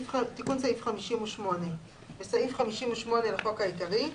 תיקון סעיף 585. בסעיף 58 לחוק העיקרי,